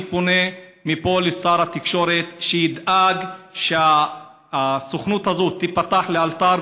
אני פונה מפה לשר התקשורת שידאג שהסוכנות הזאת תיפתח לאלתר